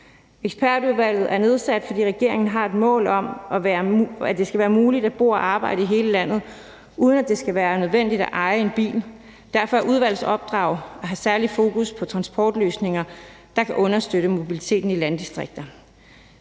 Ekspertudvalget er nedsat, fordi regeringen har et mål om, at det skal være muligt at bo og arbejde i hele landet, uden at det skal være nødvendigt at eje en bil. Derfor er udvalgets opdrag at have særlig fokus på transportløsninger, der kan understøtte mobiliteten i landdistrikter.